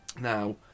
Now